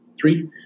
Three